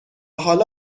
حالا